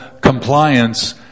compliance